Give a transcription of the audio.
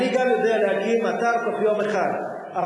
גם אני יודע להקים אתר תוך יום אחד,